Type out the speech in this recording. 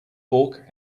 fork